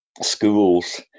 schools